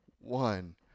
one